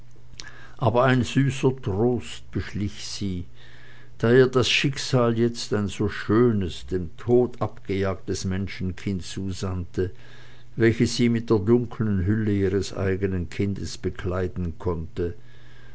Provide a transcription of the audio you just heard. aber ein süßer trost beschlich sie da ihr das schicksal jetzt ein so schönes dem tod abgejagtes menschenkind zusandte welches sie mit der dunklen hülle ihres eigenen kindes bekleiden konnte